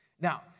Now